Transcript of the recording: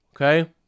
Okay